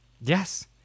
yes